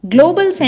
Global